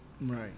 right